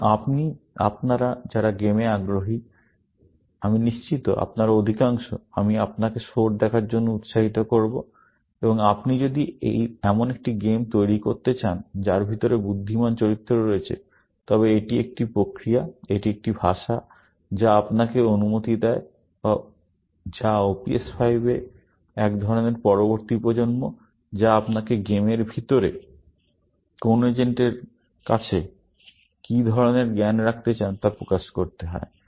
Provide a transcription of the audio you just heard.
সুতরাং আপনি যারা গেমে আগ্রহী আমি নিশ্চিত আপনারা অধিকাংশ আমি আপনাকে সোর দেখার জন্য উত্সাহিত করব এবং আপনি যদি এমন একটি গেম তৈরি করতে চান যার ভিতরে বুদ্ধিমান চরিত্র রয়েছে তবে এটি একটি প্রক্রিয়া এটি একটি ভাষা যা আপনাকে অনুমতি দেয় যা OPS5 এর এক ধরনের পরবর্তী প্রজন্ম যা আপনাকে গেমের ভিতরে কোন এজেন্টের কাছে কী ধরনের জ্ঞান রাখতে চান তা প্রকাশ করতে দেয়